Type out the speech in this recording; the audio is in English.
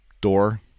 door